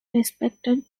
respected